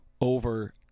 over